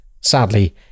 Sadly